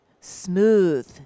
smooth